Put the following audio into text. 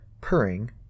purring